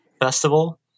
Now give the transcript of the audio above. festival